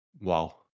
Wow